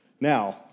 Now